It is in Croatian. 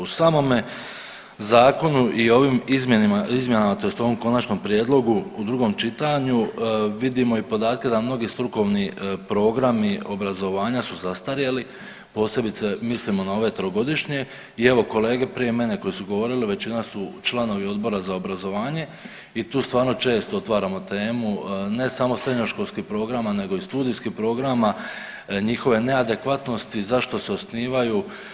U samome zakonu i ovim izmjenama tj. u ovom konačnom prijedlogu u drugom čitanju vidimo i podatke da mnogi strukovni programi obrazovanja su zastarjeli, posebice mislimo na ove trogodišnje i evo kolege prije mene koji su govorili većina su članovi Odbora za obrazovanje i tu stvarno često otvaramo temu ne samo srednjoškolskih programa nego i studijskih programa, njihove neadekvatnosti, zašto se osnivaju.